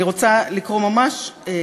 אני רוצה לקרוא משהו.